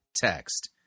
text